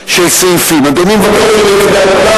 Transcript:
אוקיי.